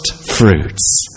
fruits